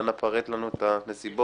אנא פרט לנו את הנסיבות.